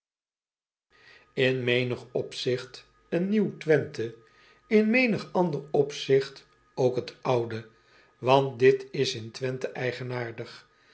i g t een nieuw wenthe n menig ander opzigt ook het oude ant dit is in wenthe